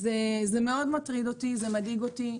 זה מאוד מטריד אותי, זה מדאיג אותי.